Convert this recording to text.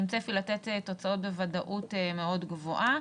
עם צפי לתת תוצאות בוודאות מאוד גבוהה,